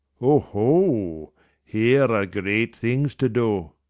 oho here are great things to do.